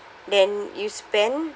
than you spend